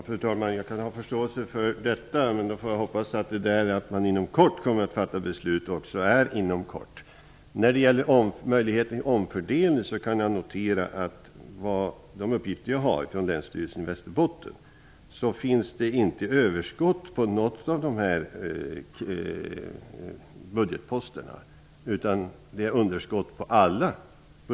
Fru talman! Jag kan ha förståelse för detta. Då hoppas jag att talet om att man ''inom kort kommer att fatta beslut'' också innebär ''inom kort''. När det gäller möjligheten till omfördelning kan jag notera att det enligt de uppgifter som jag har från länsstyrelsen i Västerbotten inte finns överskott på någon av de nämnda budgetposterna, utan det är underskott på alla.